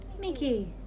Mickey